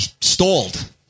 stalled